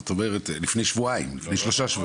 זאת אומרת, לפני שבועיים, לפני שלושה שבועות.